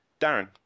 Darren